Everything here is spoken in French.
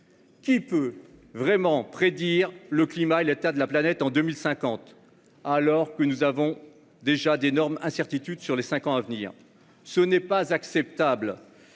Qui peut vraiment prédire le climat et l'état de la planète en 2050, alors qu'il y a déjà d'énormes incertitudes sur les cinq ans à venir ? Ce n'est pas acceptable,